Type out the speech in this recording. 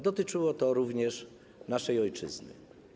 Dotyczyło to również naszej ojczyzny.